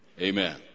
Amen